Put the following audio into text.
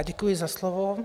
Děkuji za slovo.